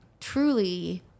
truly